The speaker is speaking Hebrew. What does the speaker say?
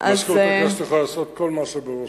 מזכירות הכנסת צריכה לעשות כל מה שבראשה.